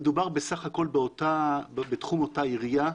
מדובר בסך הכול בתחום אותה עירייה,